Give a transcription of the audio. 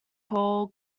coal